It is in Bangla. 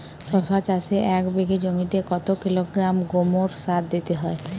শশা চাষে এক বিঘে জমিতে কত কিলোগ্রাম গোমোর সার দিতে হয়?